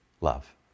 love